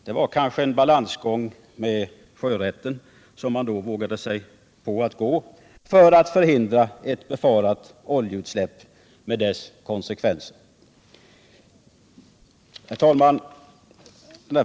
Det var kanske en balansgång med sjörätten, som man då vågade sig på att gå för att förhindra ett befarat oljeutsläpp med dess konsekvenser. Herr talman!